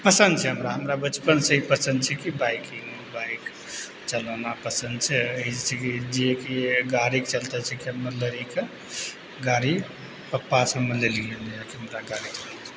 पसन्द छै हमरा हमरा बचपन से ही पसन्द छै कि बाइक कीनू बाइक चलाना पसन्द छै अइके गाड़ीके चलतै जे छै कि मतलब हम एहिके गाड़ी पप्पा से हमे लेलिए नया गाड़ी